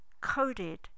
coded